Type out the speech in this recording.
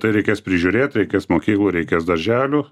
tai reikės prižiūrėt reikės mokyklų reikės darželių